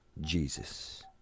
Jesus